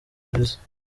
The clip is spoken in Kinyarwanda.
viza